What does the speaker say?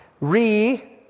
re